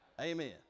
Amen